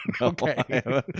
okay